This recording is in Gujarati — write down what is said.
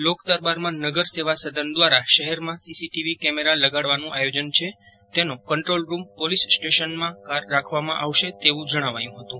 લોકદરબારમાં નગર સેવા સદન દ્વારા શહેરમાં સીસી ટીવી કેમેરા લગાડવાનું આયોજન છે તેનો કન્ટ્રોલરૂમ પોલીસ સ્ટેશનમાં રાખવામાં આવશે તેવું જણાવાયું હતું